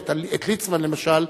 את ליצמן למשל,